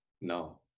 No